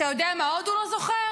אתה יודע מה עוד הוא לא זוכר?